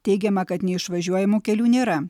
teigiama kad neišvažiuojamų kelių nėra